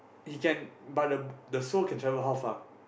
he can but the the soul can travel how far